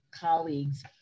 colleagues